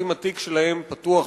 אם התיק שלהם פתוח,